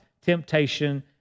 temptation